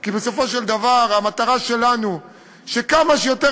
כי בסופו של דבר המטרה שלנו היא שכמה שיותר